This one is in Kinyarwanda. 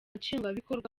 nshingwabikorwa